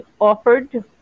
offered